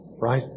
right